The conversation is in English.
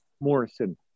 Morrison